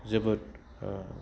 जोबोद